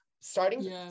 starting